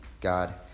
God